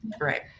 Right